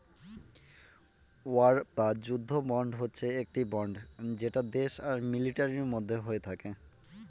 war বা যুদ্ধ bond হচ্ছে একটি বন্ড যেটা দেশ আর মিলিটারির মধ্যে হয়ে থাকে